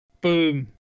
boom